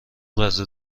غذا